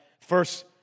first